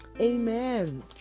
amen